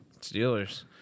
Steelers